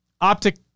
Optic